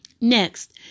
Next